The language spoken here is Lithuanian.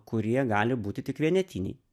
kurie gali būti tik vienetiniai